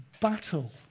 battle